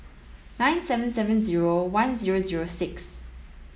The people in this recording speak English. nine seven seven zero one zero zero six